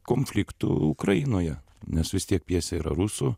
konfliktų ukrainoje nes vis tiek pjesė yra rusų